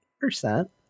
percent